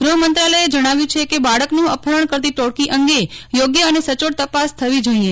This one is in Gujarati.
ગૂહમંત્રાલયે જણાવ્યું છે કે બાળકનું અપહરણ કરતી ટોળકી અંગે યોગ્ય અને સચોટ તપાસ થવી જોઇએ